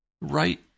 right